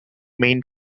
main